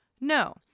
No